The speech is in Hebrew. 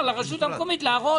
הרשות המקומית תוכל להרוס.